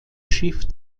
schiff